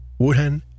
Wuhan